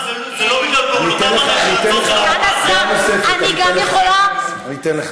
ואני אומר לך,